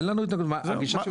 אין לנו התנגדות עקרונית לדבר הזה.